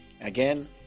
Again